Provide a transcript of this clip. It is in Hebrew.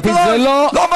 תפסיק לבלבל את הראש.